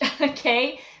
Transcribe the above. okay